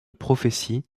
prophétie